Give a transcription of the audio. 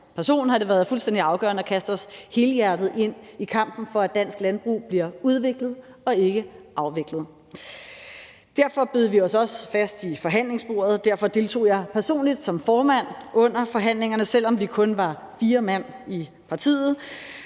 person har det været fuldstændig afgørende at kaste os helhjertet ind i kampen for, at dansk landbrug bliver udviklet og ikke afviklet. Derfor bed vi os også fast i forhandlingsbordet, og derfor deltog jeg personligt som formand under forhandlingerne, selv om vi kun var fire mand i partiet,